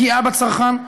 פגיעה בצרכן.